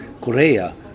Korea